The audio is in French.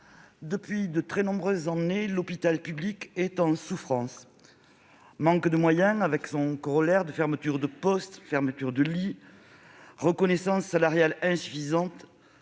depuis de très nombreuses années, l'hôpital public est en souffrance : le manque de moyens et son corollaire, la fermeture de postes et de lits, la reconnaissance salariale insuffisante